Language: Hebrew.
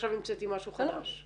שעכשיו המצאתי משהו חדש?